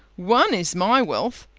one is my wealth!